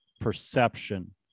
perception